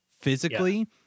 physically